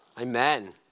amen